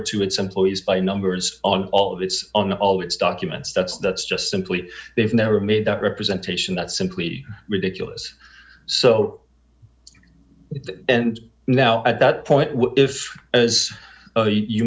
to its employees by numbers on all of it's on all it's documents that's that's just simply they've never made that representation that simply ridiculous so and now at that point if as you